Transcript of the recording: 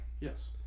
Yes